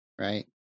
right